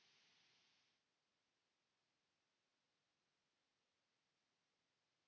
Kiitos.